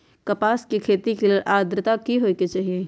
कपास के खेती के लेल अद्रता की होए के चहिऐई?